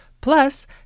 Plus